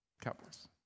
Cowboys